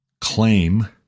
claim